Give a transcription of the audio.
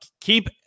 keep